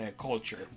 culture